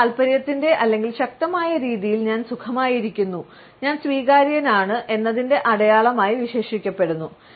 ഇത് താൽപ്പര്യത്തിന്റെ അല്ലെങ്കിൽ ശക്തമായ രീതിയിൽ ഞാൻ സുഖമായിരിക്കുന്നു ഞാൻ സ്വീകാര്യനാണ് എന്നതിൻറെ അടയാളമായി വിശേഷിപ്പിക്കപ്പെടുന്നു